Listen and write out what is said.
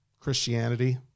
Christianity